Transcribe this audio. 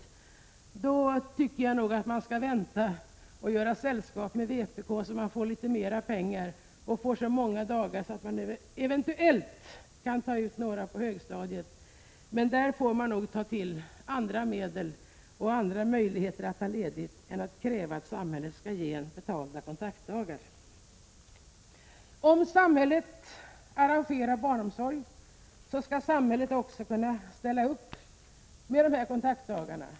Jag tycker folkpartiet skall vänta och göra sällskap med vpk, så att man får litet mera pengar och får så många dagar att man eventuellt kan ta ut några på högstadiet. Jag tycker att man nog får ta till andra möjligheter och medel för att ta ledigt än att kräva att samhället skall ge betalda kontaktdagar. Om samhället arrangerar barnomsorg, skall samhället också kunna ställa upp med dessa kontaktdagar.